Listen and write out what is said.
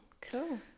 Cool